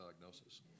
diagnosis